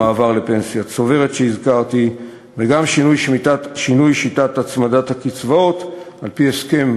המעבר לפנסיה צוברת שהזכרתי וגם שינוי שיטת הצמדת הקצבאות על-פי הסכם,